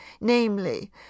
namely